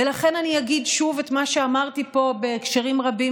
ולכן אני אגיד שוב את מה שאמרתי פה בהקשרים רבים,